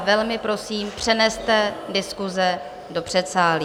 Velmi prosím, přeneste diskuse do předsálí.